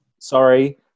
Sorry